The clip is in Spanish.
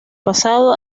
pasado